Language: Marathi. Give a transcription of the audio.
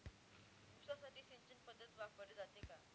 ऊसासाठी सिंचन पद्धत वापरली जाते का?